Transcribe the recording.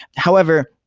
however,